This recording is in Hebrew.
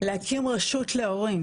להקים רשות להורים